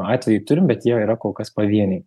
atvejų turim bet jie yra kol kas pavieniai